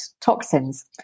toxins